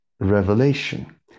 revelation